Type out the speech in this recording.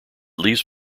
leaves